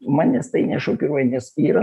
manęs tai nešokiruoja nes yra